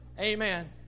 Amen